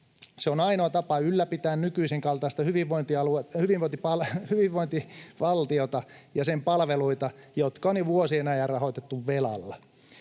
Se on ainoa tapa ylläpitää nykyisen kaltaista hyvinvointivaltiota ja sen palveluita, jotka on jo vuosien ajan rahoitettu velalla.